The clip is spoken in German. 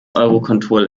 eurocontrol